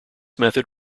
method